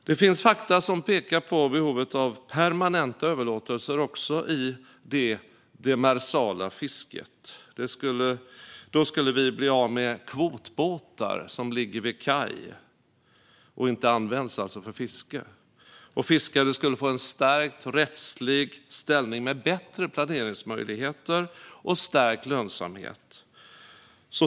Det finns fakta som pekar på behovet av permanenta överlåtelser också i det demersala fisket. Då skulle vi bli av med kvotbåtar som ligger vid kaj och alltså inte används för fiske, och fiskare skulle få en stärkt rättslig ställning med bättre planeringsmöjligheter och stärkt lönsamhet.